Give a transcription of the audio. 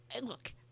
look